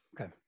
okay